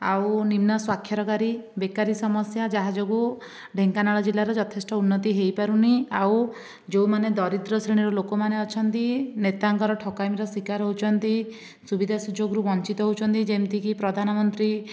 ଆଉ ନିମ୍ନ ସ୍ଵାକ୍ଷରକାରୀ ବେକାରି ସମସ୍ୟା ଯାହା ଯୋଗୁଁ ଢେଙ୍କାନାଳ ଜିଲ୍ଲାର ଯଥେଷ୍ଟ ଉନ୍ନତି ହୋଇପାରୁନି ଆଉ ଯେଉଁମାନେ ଦରିଦ୍ର ଶ୍ରେଣୀର ଲୋକମାନେ ଅଛନ୍ତି ନେତାଙ୍କର ଠକାମିର ଶିକାର ହେଉଛନ୍ତି ସୁବିଧା ସୁଯୋଗରୁ ବଞ୍ଚିତ ହେଉଛନ୍ତି ଯେମିତିକି ପ୍ରଧାନମନ୍ତ୍ରୀ